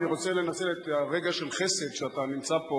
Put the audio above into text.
אני רוצה לנצל את רגע החסד שאתה נמצא פה